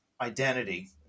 identity